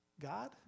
God